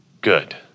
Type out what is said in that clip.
good